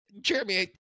Jeremy